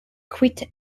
quit